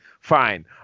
fine